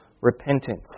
repentance